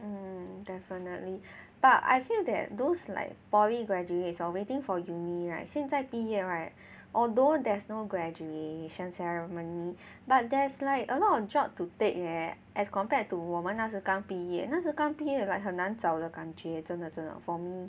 mm definitely but I feel that those like poly graduates hor waiting for uni right 现在毕业 right although there's no graduation ceremony but there's like a lot of job to take leh as compared to 我们那时刚毕业那时刚毕业 like 很难找的感觉真的真的 for me